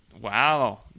wow